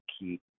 keep